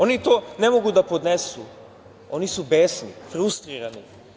Oni to ne mogu da podnesu, oni su besni, frustrirani.